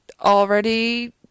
already